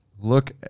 look